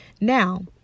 now